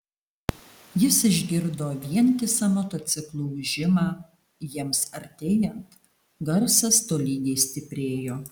jis išgirdo vientisą motociklų ūžimą jiems artėjant garsas tolygiai stiprėjo